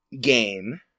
game